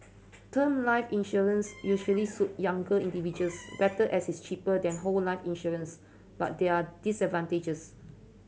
term life insurance usually suit younger individuals better as it is cheaper than whole life insurance but there are disadvantages